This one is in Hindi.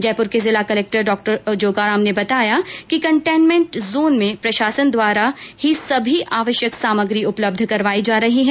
जयपूर के जिला कलेक्टर डॉ जोगाराम ने बताया कि कंटेनमेंट जोन में प्रशासन द्वारा ही सभी आवश्यक सामग्री उपलब्ध करायी जा रही है